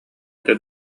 этэ